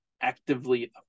actively